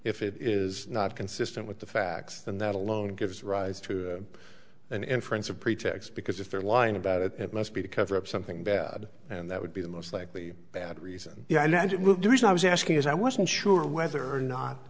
if it is not consistent with the facts then that alone gives rise to an inference or pretext because if they're lying about it it must be to cover up something bad and that would be the most likely bad reason i landed with the reason i was asking is i wasn't sure whether or not